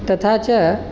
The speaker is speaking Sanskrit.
तथा च